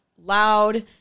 loud